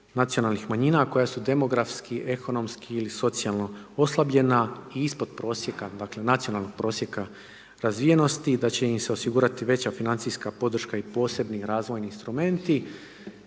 nacionalnih manjina, a koja su demografski, ekonomski ili socijalno oslabljena i ispod prosjeka, dakle nacionalnog prosjeka razvijenosti i da će im se osigurati veća financijska podrška i posebni razvoji razvojni instrumenti.